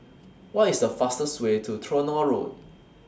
What IS The fastest Way to Tronoh Road